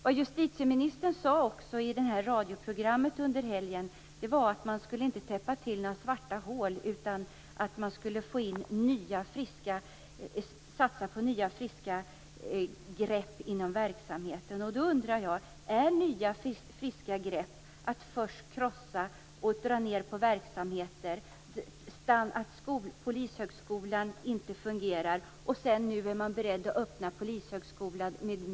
Vad justitieministern också sade i det här radioprogrammet under helgen, var att man inte skulle täppa till några svarta hål, utan man skulle satsa på nya, friska grepp inom verksamheten. Då undrar jag: Är det nya, friska grepp att krossa och dra ned på verksamheter och att Polishögskolan inte fungerar? Nu är men beredd att öppna Polishögskolan.